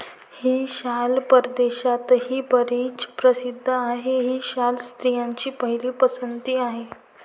ही शाल परदेशातही बरीच प्रसिद्ध आहे, ही शाल स्त्रियांची पहिली पसंती आहे